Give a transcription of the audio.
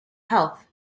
health